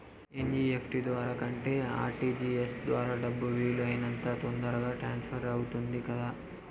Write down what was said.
NEFT ద్వారా కంటే RTGS ద్వారా డబ్బు వీలు అయినంత తొందరగా ట్రాన్స్ఫర్ అవుతుంది కదా